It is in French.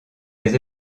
les